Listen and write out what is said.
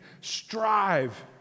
strive